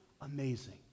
amazing